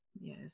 Yes